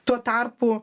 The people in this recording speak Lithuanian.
tuo tarpu